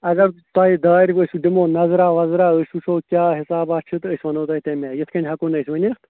اگر تۄہہِ دارِ أسۍ دِمو نظراہ وظراہ أسۍ وٕچھو کیٛاہ حِسابہ چھُ تہٕ أسۍ وَنو تۄہہِ تَمہِ آے یِتھ کٔنۍ ہٮ۪کو نہٕ أسۍ ؤنِتھ